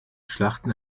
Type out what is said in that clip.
schlachten